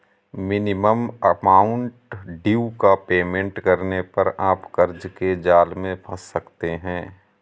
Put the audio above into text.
minimum amount due का payment करने पर आप कर्ज के जाल में फंस सकते हैं